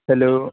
hello